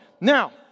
Now